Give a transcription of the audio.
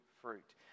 fruit